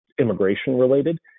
immigration-related